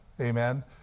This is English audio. Amen